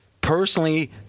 Personally